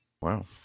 Wow